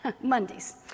Mondays